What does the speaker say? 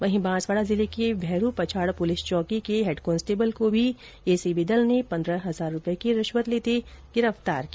वहीं बांसवाडा जिले के भेरुपछाड़ पुलिस चौकी को हेडकांस्टेबल को भी एसीबी दल ने पन्द्रह हजार रुपये की रिश्वत लेते गिरफ्तार किया